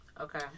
Okay